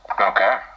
Okay